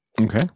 Okay